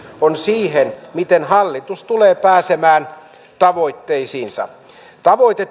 on siihen miten hallitus tulee pääsemään tavoitteisiinsa tavoite